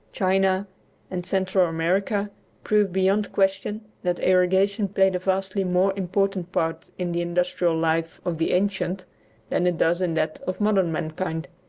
china and central america prove beyond question that irrigation played a vastly more important part in the industrial life of the ancients than it does in that of modern mankind.